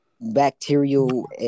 bacterial